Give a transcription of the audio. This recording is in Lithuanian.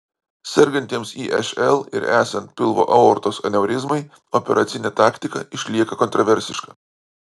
sergantiems išl ir esant pilvo aortos aneurizmai operacinė taktika išlieka kontraversiška